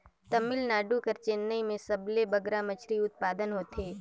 तमिलनाडु कर चेन्नई में सबले बगरा मछरी उत्पादन होथे